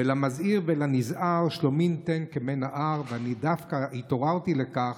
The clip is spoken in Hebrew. "ולמזהיר ולנזהר שלומים תן כמי נהר" אני דווקא התעוררתי לכך,